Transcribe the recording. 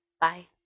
Bye